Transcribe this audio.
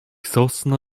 sosna